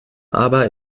aber